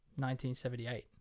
1978